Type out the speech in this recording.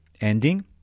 ending